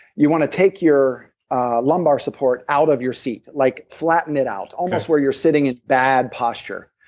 you want to take your lumbar support out of your seat like flatten it out. almost where you're sitting in bad posture.